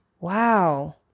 wow